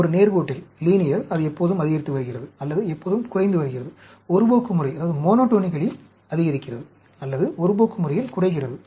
ஒரு நேர்கோட்டில் அது எப்போதும் அதிகரித்து வருகிறது அல்லது எப்போதும் குறைந்து வருகிறது ஒருபோக்கு முறையில் அதிகரிக்கிறது அல்லது ஒருபோக்கு முறையில் குறைகிறது